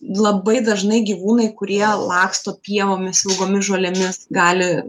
labai dažnai gyvūnai kurie laksto pievomis ilgomis žolėmis gali